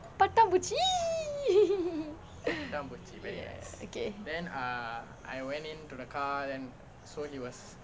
பட்டாம்பூச்சி:pattaampuchi okay